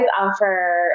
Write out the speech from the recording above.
offer